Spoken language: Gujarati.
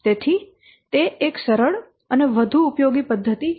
તેથી તે એક સરળ અને વધુ ઉપયોગી પદ્ધતિ છે